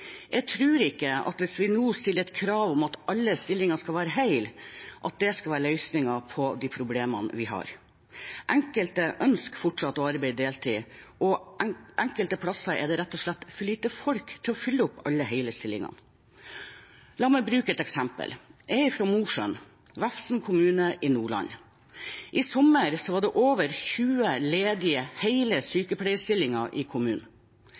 Jeg tror ikke at det å nå stille krav om at alle stillinger skal være hele, vil være løsningen på de problemene vi har. Enkelte ønsker fortsatt å arbeide deltid, og på enkelte steder er det rett og slett for lite folk til å fylle opp alle hele stillinger. La meg bruke et eksempel. Jeg er fra Mosjøen, Vefsn kommune i Nordland. I sommer var det over 20 ledige hele sykepleierstillinger i kommunen.